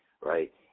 right